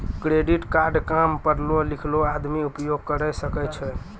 Credit card काम पढलो लिखलो आदमी उपयोग करे सकय छै?